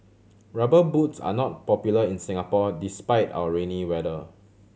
Rubber Boots are not popular in Singapore despite our rainy weather